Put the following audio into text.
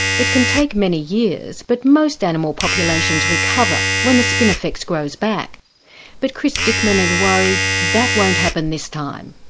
it can take many years but most animal population recover when the spinifex grows back but chris dickman is worried that won't happen this time.